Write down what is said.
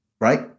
right